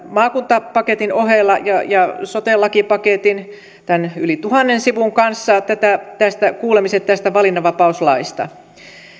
maakuntapaketin ohella ja ja soten lakipaketin tämän yli tuhannen sivun kanssa kuulemiset tästä valinnanvapauslaista